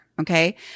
Okay